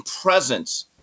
presence